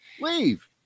Leave